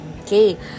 Okay